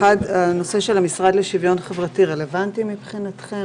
הנושא של המשרד לשוויון חברתי רלוונטי מבחינתכם?